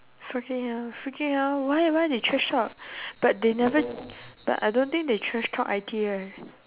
freaking hell freaking hell why why they trash talk but they never but I don't think they trash talk I_T right